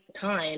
time